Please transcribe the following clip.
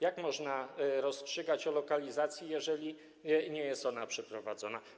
Jak można rozstrzygać o lokalizacji, jeżeli nie jest ona przeprowadzona?